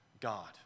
God